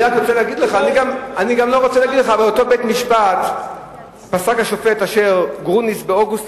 אני רוצה להגיד לך שבאותו בית-משפט השופט אשר גרוניס דחה באוגוסט